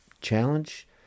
challenge